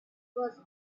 was